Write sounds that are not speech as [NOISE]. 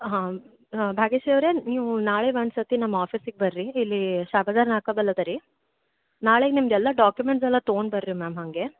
ಹಾಂ ಹಾಂ ಭಾಗ್ಯಶ್ರೀ ಅವರೇ ನೀವು ನಾಳೆ ಒಂದ್ಸರ್ತಿ ನಮ್ಮ ಆಫೀಸಿಗೆ ಬರ್ರಿ ಇಲ್ಲಿ [UNINTELLIGIBLE] ರೀ ನಾಳೆಗೆ ನಿಮ್ಮದೆಲ್ಲ ಡಾಕಿಮೆಂಟ್ಸ್ ಎಲ್ಲ ತಗೊಂಡು ಬರ್ರಿ ಮ್ಯಾಮ್ ಹಾಗೆ